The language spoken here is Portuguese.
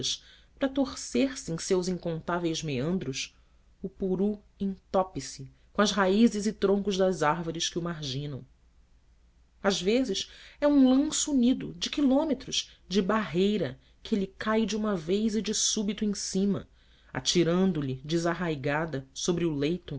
para torcer-se em seus incontáveis meandros o purus entope se com as raízes e troncos das árvores que o marginam às vezes é um lanço unido de quilômetros de barreira que lhe cai de uma vez e de súbito em cima atirando-lhe desarraigada sobre o leito